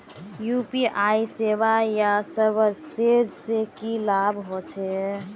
UPI सेवाएँ या services से की लाभ होचे?